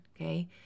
Okay